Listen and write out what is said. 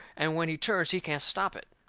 and when he turns he can't stop it.